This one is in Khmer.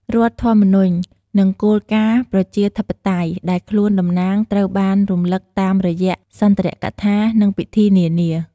រដ្ឋធម្មនុញ្ញ និងគោលការណ៍ប្រជាធិបតេយ្យដែលខ្លួនតំណាងត្រូវបានរំលឹកតាមរយៈសុន្ទរកថា និងពិធីនានា។